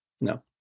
No